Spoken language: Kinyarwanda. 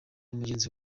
mugenzi